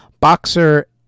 boxer